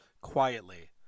quietly